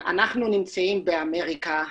נמצאים באמריקה,